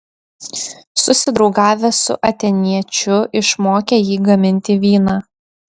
susidraugavęs su atėniečiu išmokė jį gaminti vyną